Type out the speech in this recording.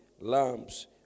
lamps